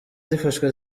zifashwe